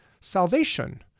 salvation